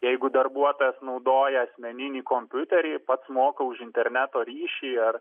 jeigu darbuotojas naudoja asmeninį kompiuterį pats moka už interneto ryšį ar